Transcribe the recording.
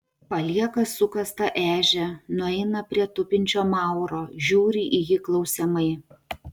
palieka sukastą ežią nueina prie tupinčio mauro žiūri į jį klausiamai